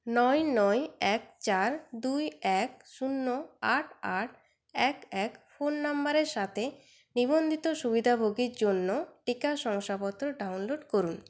নয় নয় এক চার দুই এক শুন্য আট আট এক এক ফোন নম্বরের সাথে নিবন্ধিত সুবিধাভোগীর জন্য টিকা শংসাপত্র ডাউনলোড করুন